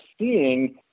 seeing